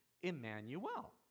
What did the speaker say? Emmanuel